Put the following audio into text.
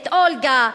את אולגה,